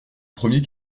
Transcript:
premier